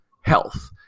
health